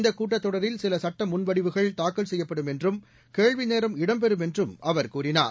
இந்தக் கூட்டத் தொடரில் சில சுட்ட முன்வடிவுகள் தாக்கல் செய்யப்படும் என்றும் கேள்வி நேரம் இடம்பெறும் என்றும் அவர் கூறினார்